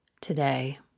today